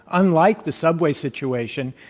unlike the subway situation,